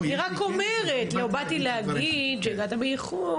אני רק אומרת שהגעת באיחור,